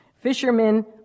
Fishermen